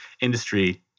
industry